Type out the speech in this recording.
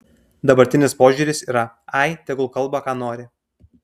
dabartinis požiūris yra ai tegul kalba ką nori